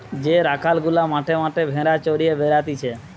যে রাখাল গুলা মাঠে মাঠে ভেড়া চড়িয়ে বেড়াতিছে